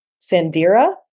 sandira